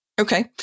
Okay